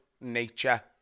nature